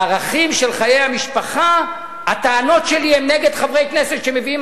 בערכים של חיי המשפחה הטענות שלי הן נגד חברי כנסת שמביאים